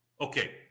Okay